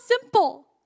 simple